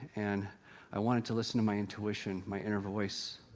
and i wanted to listen to my intuition, my inner voice.